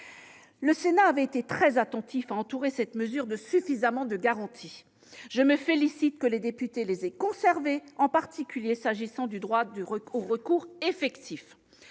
Le Sénat avait été très attentif à entourer cette mesure de suffisamment de garanties. Je me félicite de ce que les députés les aient conservées, en particulier pour ce qui concerne le droit au recours effectif.